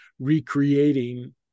recreating